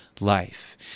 life